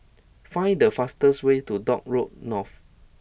find the fastest way to Dock Road North